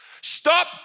Stop